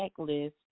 checklist